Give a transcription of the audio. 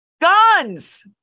Guns